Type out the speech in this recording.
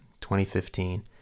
2015